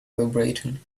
calibrating